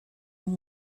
amb